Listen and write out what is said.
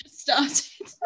Started